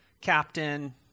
captain